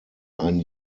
ein